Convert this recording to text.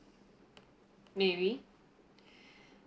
maybe